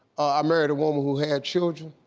i married a woman who had children.